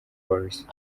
polisi